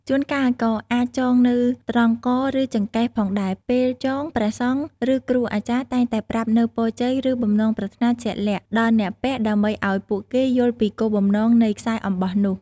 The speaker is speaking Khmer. ជួនកាលក៏អាចចងនៅត្រង់ក ឬចង្កេះផងដែរ។ ពេលចង ព្រះសង្ឃ ឬគ្រូអាចារ្យតែងតែប្រាប់នូវ ពរជ័យ ឬបំណងប្រាថ្នាជាក់លាក់ ដល់អ្នកពាក់ ដើម្បីឲ្យពួកគេយល់ពីគោលបំណងនៃខ្សែអំបោះនោះ។